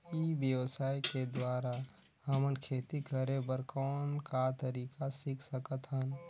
ई व्यवसाय के द्वारा हमन खेती करे कर कौन का तरीका सीख सकत हन?